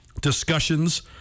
discussions